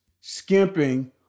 skimping